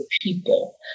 people